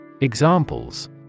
Examples